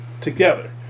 together